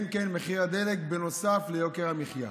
כן, כן, מחיר הדלק, נוסף ליוקר המחיה.